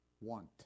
want